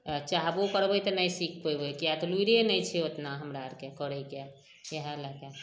आओर चाहबो करबै तऽ नहि सिखि पएबै किएक तऽ लुरिए नहि छै ओतना हमरा आओरके करैके इएह लैके